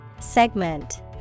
segment